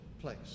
place